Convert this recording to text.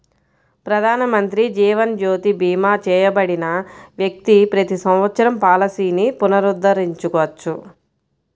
ప్రధానమంత్రి జీవన్ జ్యోతి భీమా చేయబడిన వ్యక్తి ప్రతి సంవత్సరం పాలసీని పునరుద్ధరించవచ్చు